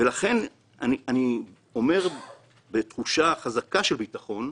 לכן, אני אומר בתחושה חזקה של ביטחון,